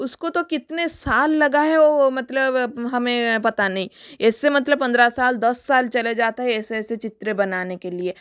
उसको तो कितने साल लगा है वह मतलब हमें पता नही इससे मतलब पंद्रह साल दस साल चले जाता है ऐसे ऐसे चित्र बनाने के लिए